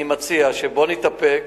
אני מציע, בוא נתאפק,